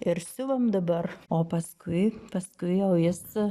ir siuvam dabar o paskui paskui jau jis